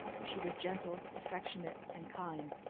she was gentle, affectionate, and kind,